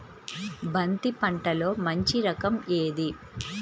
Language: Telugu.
బంతి పంటలో మంచి రకం ఏది?